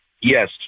Yes